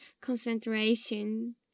concentration